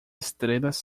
estrelas